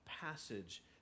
passage